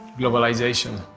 globalization.